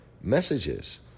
messages